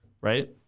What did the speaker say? right